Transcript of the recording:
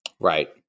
Right